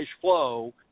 flow